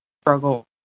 struggle